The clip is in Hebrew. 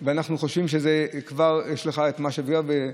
ונצרף גם את הפקחים בתחבורה הציבורית,